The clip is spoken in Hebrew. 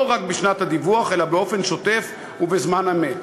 לא רק בשנת הדיווח אלא באופן שוטף ובזמן אמת.